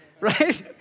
right